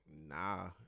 nah